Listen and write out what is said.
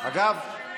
אגב,